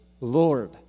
Lord